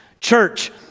Church